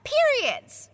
Periods